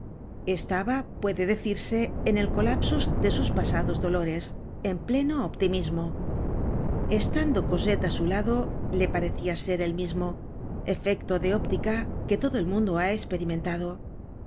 estaba puede decirse en el collapsus de sus pasados dolores en pleno optimismo estando cosette á su lado le parecia ser él mismo efecto de óptica que todo el mundo ha esperimentado